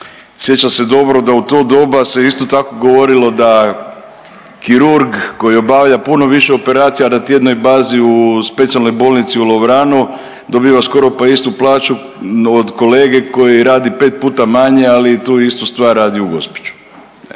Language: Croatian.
sjećam se dobro da u tom doba se isto tako govorilo da kirurg kojo obavlja puno više operacija na tjednoj bazi u specijalnoj bolnici u Lovranu dobiva skoro pa istu plaću od kolege koji rade 5 puta manje, ali tu istu stvar radi u Gospiću.